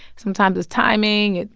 sometimes it's timing.